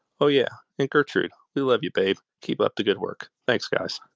oh yeah. and gertrude, we love you, babe. keep up the good work. thanks guys.